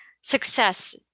success